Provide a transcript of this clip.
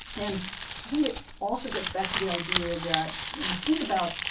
and i think it also gets back to the idea that when we think about,